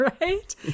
Right